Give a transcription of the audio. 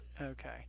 Okay